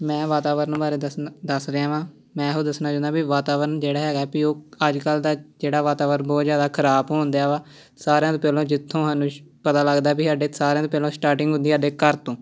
ਮੈਂ ਵਾਤਾਵਰਨ ਬਾਰੇ ਦੱਸਣਾ ਦੱਸ ਰਿਹਾ ਵਾਂ ਮੈਂ ਇਹੋ ਦੱਸਣਾ ਚਾਹੁੰਦਾ ਵੀ ਵਾਤਾਵਰਨ ਜਿਹੜਾ ਹੈਗਾ ਵੀ ਉਹ ਅੱਜ ਕੱਲ੍ਹ ਦਾ ਜਿਹੜਾ ਵਾਤਾਵਰਨ ਬਹੁਤ ਜ਼ਿਆਦਾ ਖ਼ਰਾਬ ਹੋਣ ਡਿਆ ਵਾ ਸਾਰਿਆਂ ਤੋਂ ਪਹਿਲਾਂ ਜਿੱਥੋਂ ਸਾਨੂੰ ਪਤਾ ਲੱਗਦਾ ਵੀ ਸਾਡੇ ਸਾਰਿਆਂ ਦੇ ਪਹਿਲਾਂ ਸਟਾਰਟਿੰਗ ਹੁੰਦੀ ਆ ਸਾਡੇ ਘਰ ਤੋਂ